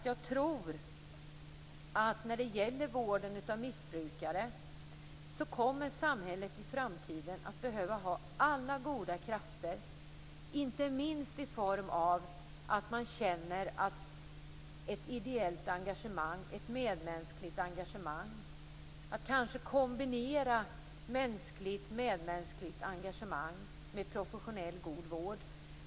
Jag tror att samhället i framtiden kommer att behöva alla goda krafter i vården av missbrukare, inte minst i form av ett ideellt och medmänskligt engagemang. Kanske går det att kombinera ett medmänskligt engagemang med professionell, god vård.